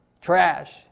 trash